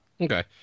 Okay